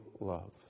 love